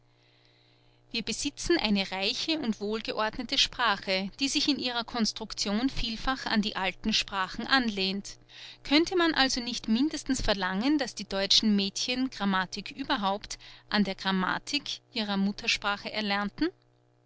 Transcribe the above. wir besitzen eine reiche und wohlgeordnete sprache die sich in ihrer construction vielfach an die alten sprachen anlehnt könnte man also nicht mindestens verlangen daß die deutschen mädchen grammatik überhaupt an der grammatik ihrer muttersprache erlernten